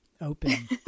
Open